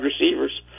receivers